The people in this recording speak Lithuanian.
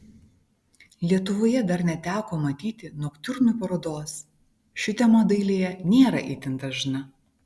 lietuvoje dar neteko matyti noktiurnų parodos ši tema dailėje nėra itin dažna